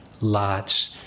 lots